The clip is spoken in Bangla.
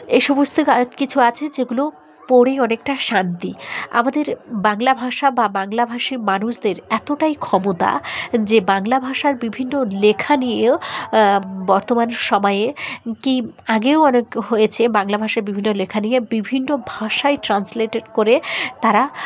এ সমস্ত কিছু আছে যেগুলো পড়েই অনেকটা শান্তি আমাদের বাংলা ভাষা বা বাংলাভাষীর মানুষদের এতটাই ক্ষমতা যে বাংলা ভাষার বিভিন্ন লেখা নিয়েও বর্তমান সময়ে কি আগেও অনেক হয়েছে বাংলা ভাষার বিভিন্ন লেখা নিয়ে বিভিন্ন ভাষায় ট্রান্সলেটেড করে তারা